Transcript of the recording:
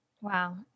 Wow